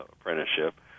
apprenticeship